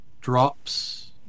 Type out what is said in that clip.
drops